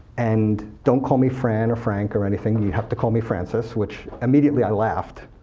and don't call me fran, or frank, or anything, you have to call me francis. which immediately, i laughed,